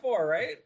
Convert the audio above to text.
right